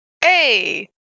Hey